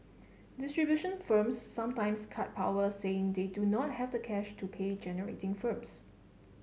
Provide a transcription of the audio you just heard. distribution firms sometimes cut power saying they do not have the cash to pay generating firms